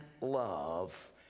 love